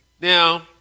Now